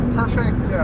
perfect